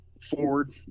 forward